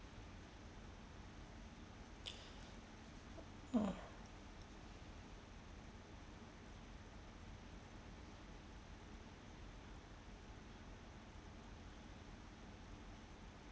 uh